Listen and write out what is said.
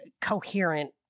coherent